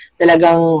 talagang